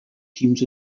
teams